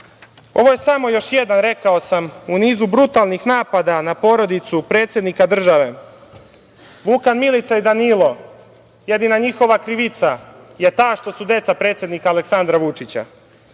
Ovo je samo još jedan u nizu brutalnih napada na porodicu predsednika države. Vukan, Milica i Danilo jedina njihova krivica je ta što su deca predsednika Aleksandra Vučića.